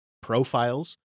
profiles